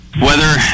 Weather